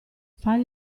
fare